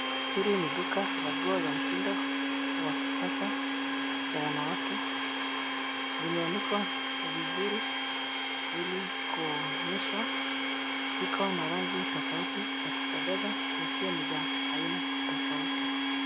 Hili ni duka la nguo za mtindo wa kisasa za wanawake. zimeanikwa vizuri ili kuonyesha. Zikona na rangi tofauti za kupendeza na pia ni za aina tofauti.